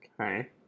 Okay